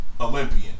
Olympian